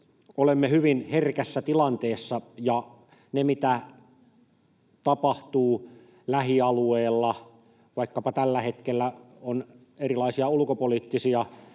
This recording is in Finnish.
olemme hyvin herkässä tilanteessa. Kuten tapahtuu lähialueilla vaikkapa tällä hetkellä — EU:lla on erilaisia ulkopoliittisia